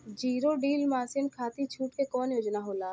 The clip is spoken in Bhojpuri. जीरो डील मासिन खाती छूट के कवन योजना होला?